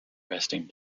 resting